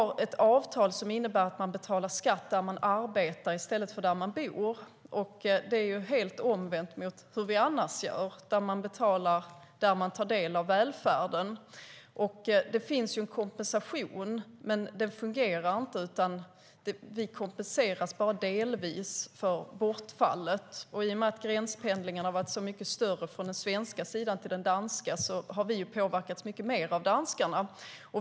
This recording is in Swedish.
Avtalet innebär att man betalar skatt där man arbetar i stället för där man bor. Det är helt omvänt mot hur vi annars gör, där man betalar där man tar del av välfärden. Det finns en kompensation, men den fungerar inte. Sverige kompenseras bara delvis för bortfallet. I och med att gränspendlingen har varit så mycket större från den svenska sidan till den danska har vi påverkats mer av danskarna.